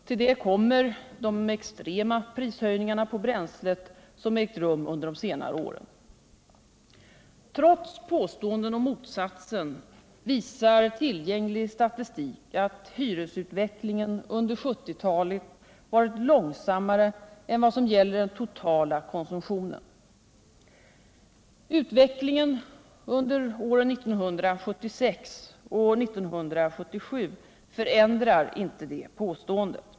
Till detta kommer de extrema prishöjningarna på bränslet som ägt rum under senare år. Trots påståenden om motsatsen visar tillgänglig statistik att hyresutvecklingen under 1970-talet varit långsammare än vad som gäller den totala konsumtionen. Utvecklingen under åren 1976 och 1977 förändrar inte det påståendet.